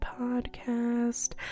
podcast